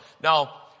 Now